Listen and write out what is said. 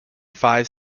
five